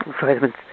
vitamins